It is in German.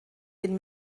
den